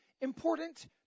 important